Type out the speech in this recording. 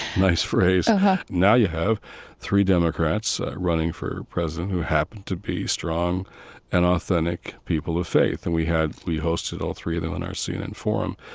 nice phrase uh-huh now, you have three democrats running for president who happened to be strong and authentic people of faith. and we had we hosted all three of them on our cnn forum.